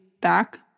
back